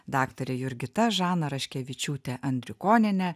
daktarė jurgita žana raškevičiūtė andrikonienė